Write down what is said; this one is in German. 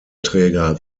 träger